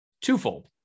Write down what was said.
Twofold